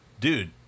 dude